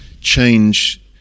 change